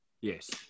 Yes